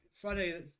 Friday